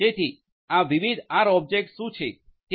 તેથી આ વિવિધ આર ઓબ્જેક્ટ્સ શું છે